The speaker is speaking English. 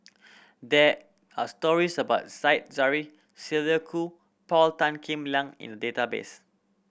there are stories about Said Zahari Sylvia Kho Paul Tan Kim Liang in database